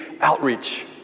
outreach